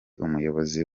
umuyobozi